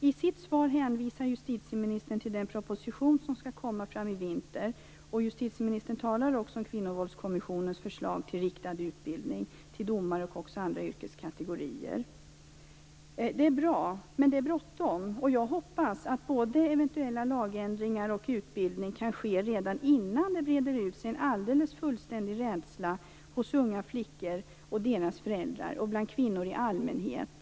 I sitt svar hänvisar justitieministern till den proposition som skall läggas fram i vinter. Justitieministern talar också om Kvinnovåldskommissionens förslag till riktad utbildning till domare och också andra yrkeskategorier. Det är bra, men det är bråttom. Jag hoppas att både eventuella lagändringar och utbildning kan ske redan innan det breder ut sig en alldeles fullständig rädsla hos unga flickor och deras föräldrar och bland kvinnor i allmänhet.